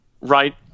right